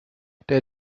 der